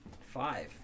five